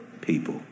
people